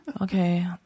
okay